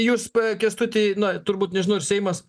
jūs p kęstuti na turbūt nežinau ir seimas